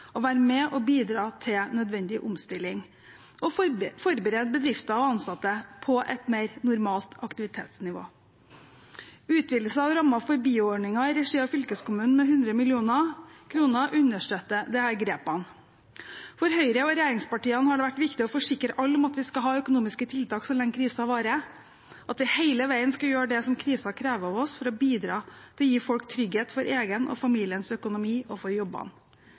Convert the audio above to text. og være med og bidra til nødvendig omstilling, og forberede bedrifter og ansatte på et mer normalt aktivitetsnivå. Utvidelsen av rammen for BIO-ordningen i regi av fylkeskommunen med 100 mill. kr understøtter disse grepene. For Høyre og regjeringspartiene har det vært viktig å forsikre alle om at vi skal ha økonomiske tiltak så lenge krisen varer, at vi hele veien skal gjøre det som krisen krever av oss, for å bidra til å gi folk trygghet for egen og familiens økonomi og for jobbene.